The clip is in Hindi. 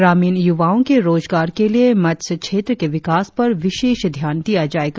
ग्रामीण युवाओ के रोजगार के लिए मत्स्य क्षेत्र के विकास पर विशेष ध्यान दिया जाएगा